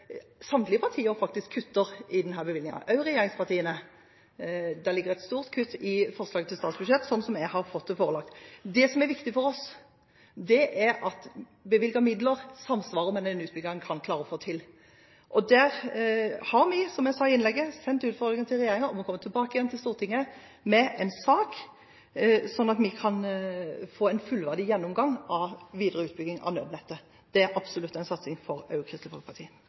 samtlige partier faktisk kutter i denne bevilgningen, også regjeringspartiene. Det ligger et stort kutt i forslaget til statsbudsjett, slik som jeg har fått meg det forelagt. Det som er viktig for oss, er at bevilgede midler samsvarer med den utbyggingen en kan klare å få til, og der har vi, som jeg sa i innlegget, sendt en utfordring til regjeringen om å komme tilbake igjen til Stortinget med en sak, slik at vi kan få en fullverdig gjennomgang av videre utbygging av nødnettet. Det er absolutt en satsing også for Kristelig Folkeparti.